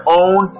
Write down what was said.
own